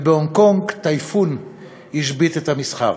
ובהונג-קונג טייפון השבית את המסחר.